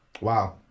wow